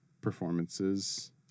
performances